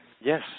Yes